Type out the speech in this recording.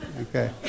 Okay